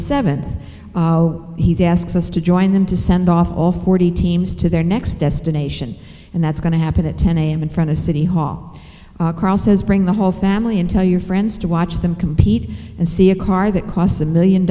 seventh he asks us to join them to send off all forty teams to their next destination and that's going to happen at ten a m in front of city hall carl says bring the whole family and tell your friends to watch them compete and see a car that costs a million